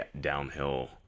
downhill